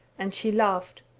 and she laughed.